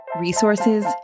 resources